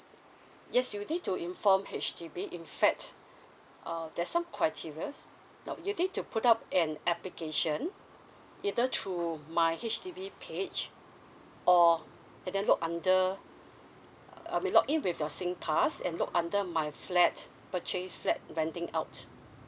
yes you need to inform H_D_B in fact uh there's some criteria now you need to put up and application either through my H_D_B page or and then look under uh may login with your singpass and look under my flat purchase flat renting out